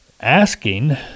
asking